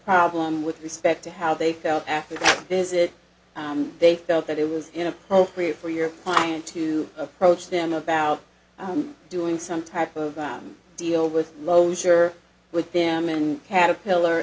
problem with respect to how they felt after the visit they felt that it was inappropriate for your client to approach them about i'm doing some type of them deal with loans or with them and caterpillar